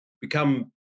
become